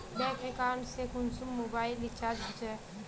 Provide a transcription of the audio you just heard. Bank account से कुंसम mobile recharge होचे?